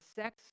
sex